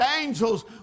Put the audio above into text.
angels